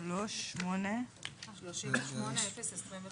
288 מיליון זה לא סכום גדול